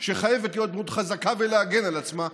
וחייבת להיות דמות חזקה ולהגן על עצמה.